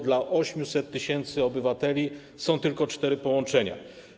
Dla 800 tys. obywateli są tylko cztery połączenia.